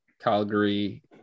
Calgary